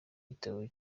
gitabo